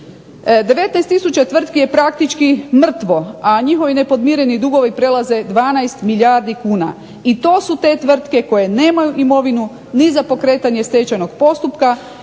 tisuća tvrtki je praktički mrtvo, a njihovi nepodmireni dugovi prelaze 12 milijardi kuna i to su te tvrtke koje nemaju imovinu ni za pokretanje stečajnog postupka